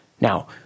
Now